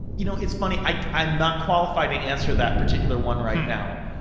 you know, it's funny. i'm i'm not qualified to answer that particular one right now.